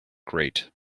grate